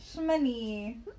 Money